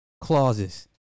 clauses